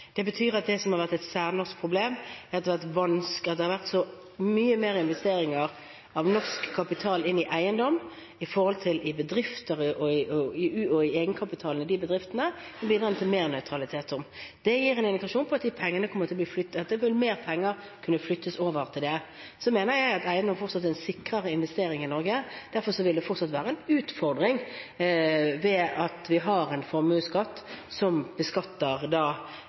Det betyr at på et område som har vært et særnorsk problem, med mye mer investeringer av norsk kapital i eiendom i forhold til i bedrifter og i egenkapitalen i bedriftene, bidrar den til mer nøytralitet. Det gir en indikasjon på at mer penger kan flyttes over. Samtidig mener jeg at eiendom fortsatt er en sikrere investering i Norge, og derfor vil det fortsatt være en utfordring knyttet til at vi har en formuesskatt som beskatter